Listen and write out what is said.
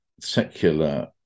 secular